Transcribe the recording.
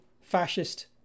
fascist